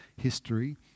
history